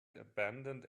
abandoned